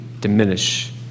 diminish